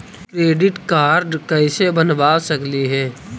Credit card कैसे बनबा सकली हे?